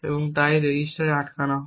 এবং তারপর এই রেজিস্টারে আটকানো হয়